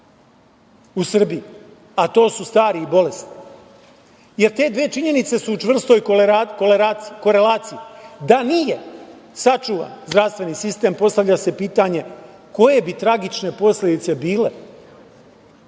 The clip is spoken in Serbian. u Srbiji, a to su stari i bolesni, jer te dve činjenice su u čvrstoj korelaciji. Da nije sačuvan zdravstveni sistem, postavlja se pitanje koje bi tragične posledice bile